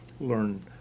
learn